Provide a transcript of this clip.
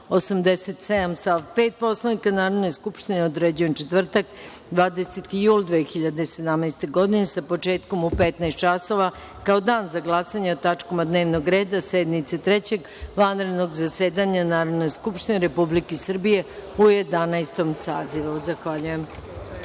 5. Poslovnika Narodne skupštine, određujem četvrtak, 20. jul 2017. godine, sa početkom u 15.00 časova, kao Dan za glasanje o tačkama dnevnog reda sednice Trećeg vanrednog zasedanja Narodne skupštine Republike Srbije u Jedanaestom sazivu. Zahvaljujem.(Posle